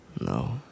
No